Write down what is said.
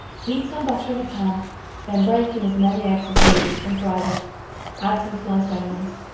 heat some butter in a pan then break in as many eggs as needed and fry them add some sliced onions.